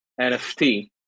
NFT